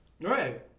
Right